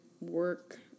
work